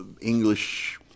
English